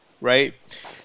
right